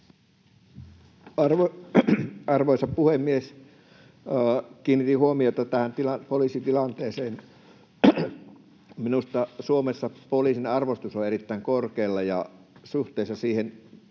Arvoisa puhemies! Kiinnitin huomiota tähän poliisin tilanteeseen. Minusta Suomessa poliisin arvostus on erittäin korkealla, ja suhteessa siihen